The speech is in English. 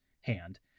hand